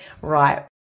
right